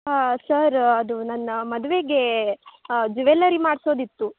ಹಾಂ ಸರ್ ಅದೂ ನನ್ನ ಮದುವೆಗೇ ಜುವೆಲ್ಲರಿ ಮಾಡ್ಸೋದಿತ್ತು